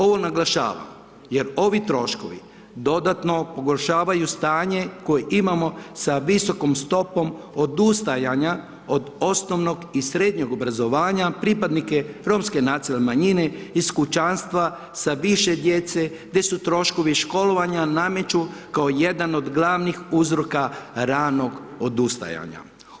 Ovo naglašavam, jer ovi troškovi, dodatno pogoršavaju stanje koje imamo sa visokom stopom odustajanje od osnovnog i srednjeg obrazovanja pripadnika Romske nacionalne manjine iz kućanstva sa više djece, gdje se troškovi školovanja nameću kao jedan od glavnih uzroka ranog odustajanja.